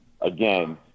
Again